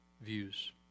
Views